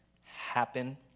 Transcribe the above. happen